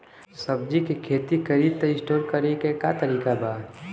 सब्जी के खेती करी त स्टोर करे के का तरीका बा?